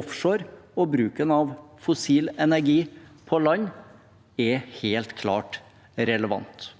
offshore og bruken av fossil energi på land er helt klart relevant.